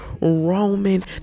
Roman